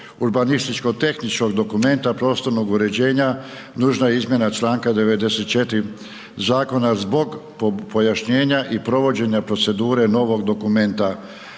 urbanističko tehničkog dokumenta prostornog uređenja nužna je izmjena čl. 94. zakona zbog pojašnjenja i provođenja procedure novog dokumenta